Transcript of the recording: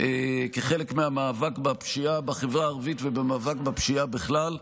כחלק מהמאבק בפשיעה בחברה הערבית והמאבק בפשיעה בכלל.